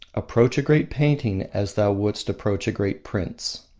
approach a great painting as thou wouldst approach a great prince.